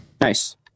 Nice